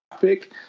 pick